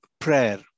prayer